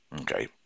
okay